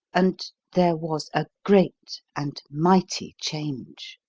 and there was a great and mighty change.